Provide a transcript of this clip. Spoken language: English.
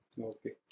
Okay